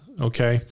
Okay